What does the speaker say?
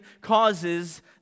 causes